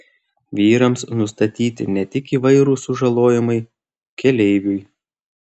vyrams nustatyti ne tik įvairūs sužalojimai keleiviui